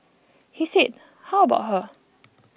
he said how about her